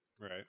Right